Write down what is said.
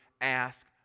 Ask